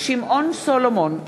שמעון סולומון,